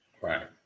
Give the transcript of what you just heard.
Right